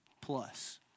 plus